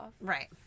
Right